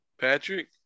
Patrick